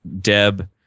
Deb